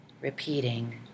repeating